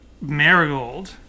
Marigold